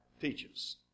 teaches